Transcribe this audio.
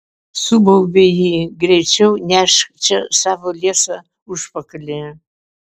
subaubė ji greičiau nešk čia savo liesą užpakalį